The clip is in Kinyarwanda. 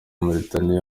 mauritania